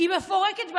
היא מפוצצת באנשים.